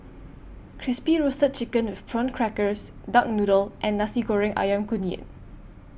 Crispy Roasted Chicken with Prawn Crackers Duck Noodle and Nasi Goreng Ayam Kunyit